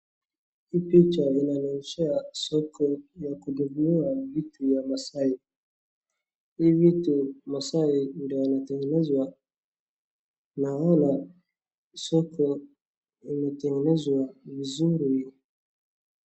Hii picha inaonyesha soko ya kununua vitu vya maasai. Hii vitu maasai ndio wanatengeneza naona soko limetengenezwa vizuri.